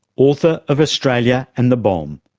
author of australia and the bomb,